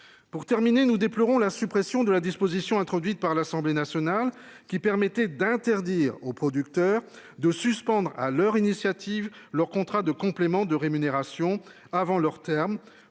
Pour terminer nous déplorons la suppression de la disposition introduite par l'Assemblée nationale qui permettait d'interdire aux producteurs de suspendre à leur initiative leur contrat de compléments de rémunération, avant leur terme